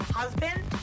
husband